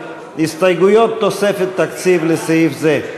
הסתייגויות תוספת תקציב לסעיף זה.